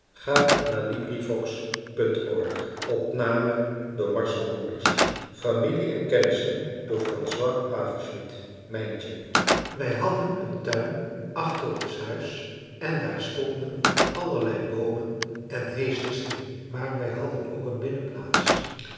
françois haverschmidt familie en kennissen mijntje wij hadden een tuin achter ons huis en daar stonden allerlei boomen en heesters in maar wij hadden ook een binnenplaats